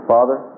Father